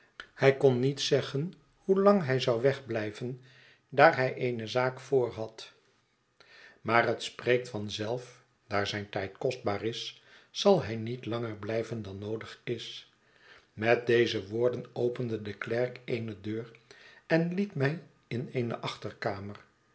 hij kon niet zeggen hoelang hij zou wegbiijven daar hij eene zaak voorhad maar het spreekt van zelf daar zijn tijd kostbaar is zal hij niet langer blijven dan noodig is met deze woorden opende de klerk eene deur en liet mij in eene achterkamei